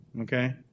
okay